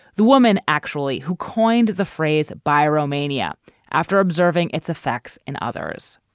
the woman actually who coined the phrase bairo mania after observing its effects and others.